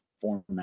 format